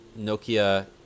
nokia